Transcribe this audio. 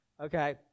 Okay